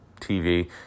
TV